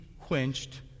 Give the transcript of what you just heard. quenched